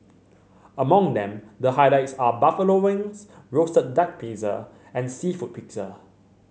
among them the highlights are buffalo wings roasted duck pizza and seafood pizza